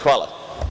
Hvala.